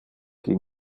qui